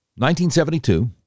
1972